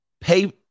Pay